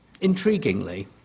intriguingly